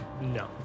No